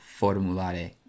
formulare